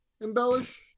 embellish